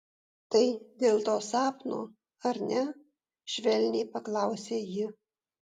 tai dėl to sapno ar ne švelniai paklausė ji